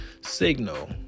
signal